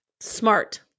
smart